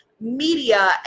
media